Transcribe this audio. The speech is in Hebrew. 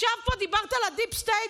ישבת פה ודיברת על הדיפ סטייט,